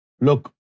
Look